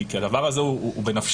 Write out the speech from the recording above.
כי הדבר הזה הוא בנפשנו.